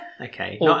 okay